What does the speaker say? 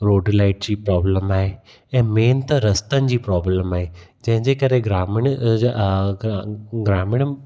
road light जी problem आहे ऐं मेन त रस्तनि जी प्रॉब्लम आहे जंहिंजे करे ग्रामीण जा ग्रामीण